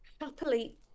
happily